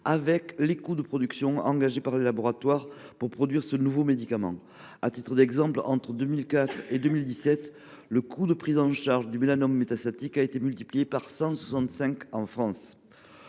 avec les coûts de production des laboratoires pharmaceutiques. À titre d’exemple, entre 2004 et 2017, le coût de prise en charge du mélanome métastatique a été multiplié par 165 en France.